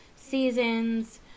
seasons